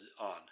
on